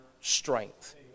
strength